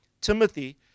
timothy